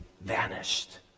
vanished